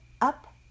up